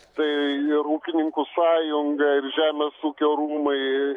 tai ir ūkininkų sąjunga ir žemės ūkio rūmai